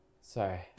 Sorry